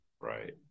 Right